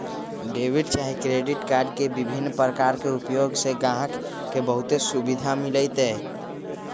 debit चाहे credit card के विभिन्न प्रकार के उपयोग से गाहक के बहुते सुभिधा मिललै ह